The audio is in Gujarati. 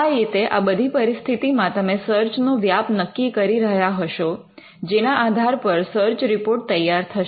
આ રીતે આ બધી પરિસ્થિતિમાં તમે સર્ચ નો વ્યાપ નક્કી કરી રહ્યા હશો જેના આધાર પર સર્ચ રિપોર્ટ તૈયાર થશે